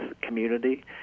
community